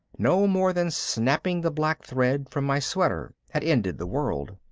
no more than snapping the black thread from my sweater had ended the world.